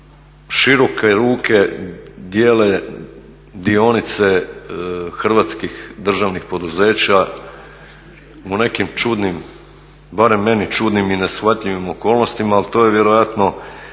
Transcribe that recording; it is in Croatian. široke ruke dijele dionice hrvatskih državnih poduzeća u nekim čudnim, barem meni čudnim i neshvatljivim okolnostima ali to je vjerojatno